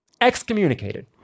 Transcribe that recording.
excommunicated